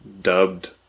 dubbed